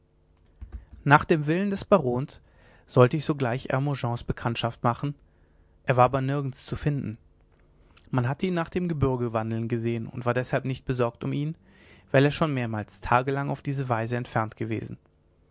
nach dem willen des barons sollte ich sogleich hermogens bekanntschaft machen er war aber nirgends zu finden man hatte ihn nach dem gebürge wandeln gesehen und war deshalb nicht besorgt um ihn weil er schon mehrmals tagelang auf diese weise entfernt gewesen